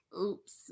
oops